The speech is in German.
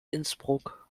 innsbruck